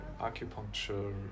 acupuncture